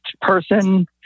person